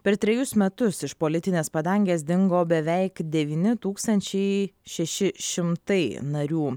per trejus metus iš politinės padangės dingo beveik devyni tūkstančiai šeši šimtai narių